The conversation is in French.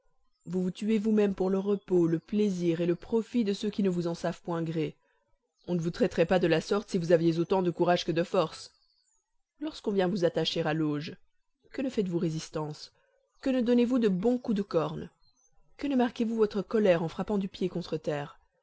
vous vous tuez vous-même pour le repos le plaisir et le profit de ceux qui ne vous en savent point de gré on ne vous traiterait pas de la sorte si vous aviez autant de courage que de force lorsqu'on vient vous attacher à l'auge que ne faites-vous résistance que ne donnez-vous de bons coups de cornes que ne marquez vous votre colère en frappant du pied contre terre